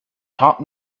taught